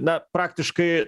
na praktiškai